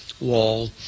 wall